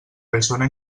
persona